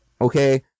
Okay